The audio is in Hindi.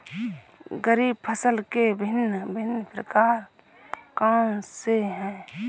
खरीब फसल के भिन भिन प्रकार कौन से हैं?